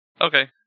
Okay